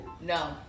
No